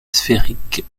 sphérique